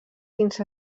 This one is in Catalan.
fins